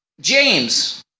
James